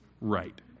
right